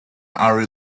are